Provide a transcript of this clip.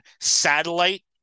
satellite